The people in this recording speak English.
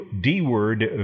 D-Word